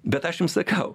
bet aš jums sakau